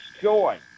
joy